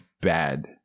bad